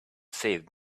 save